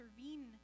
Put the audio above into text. intervene